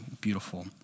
beautiful